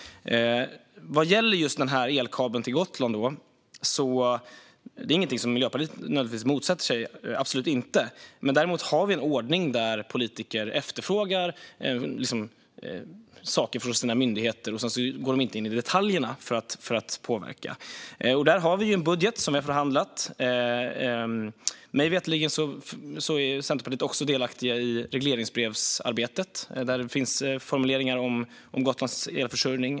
Just elkabeln till Gotland är absolut inte något som Miljöpartiet motsätter sig. Men vi har en ordning där politiker efterfrågar saker från sina myndigheter, men vi går inte in och påverkar detaljerna. Vi har förhandlat fram en budget. Mig veterligen är Centerpartiet också delaktigt i arbetet med regleringsbreven. Där finns även formuleringar om Gotlands elförsörjning.